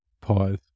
Pause